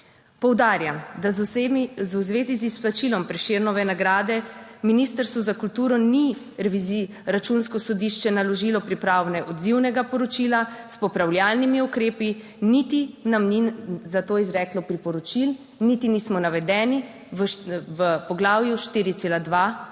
Poudarjam, da v zvezi z izplačilom Prešernove nagrade ministrstvu za kulturo ni reviziji računsko sodišče naložilo priprave odzivnega poročila s popravljalnimi ukrepi, niti nam ni za to izreklo priporočil, niti nismo navedeni v poglavju 4.2